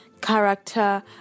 character